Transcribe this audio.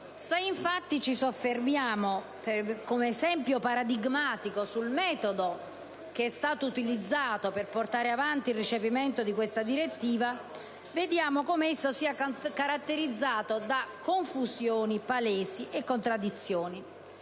Se infatti ci soffermiamo, come esempio paradigmatico, sul metodo utilizzato per portare avanti il recepimento di tale direttiva, vediamo come esso sia caratterizzato da palesi confusioni e contraddizioni.